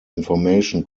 information